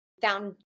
found